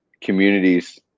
communities